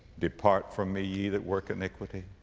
depart from me ye that work iniquity